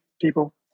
people